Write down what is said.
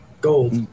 gold